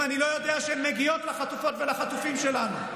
אם אני לא יודע שהן מגיעות לחטופות ולחטופים שלנו.